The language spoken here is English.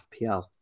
FPL